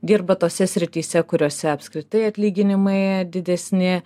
dirba tose srityse kuriose apskritai atlyginimai didesni